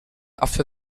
after